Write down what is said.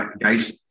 guys